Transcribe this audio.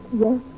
Yes